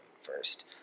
first